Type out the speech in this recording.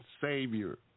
Savior